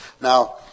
Now